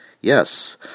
Yes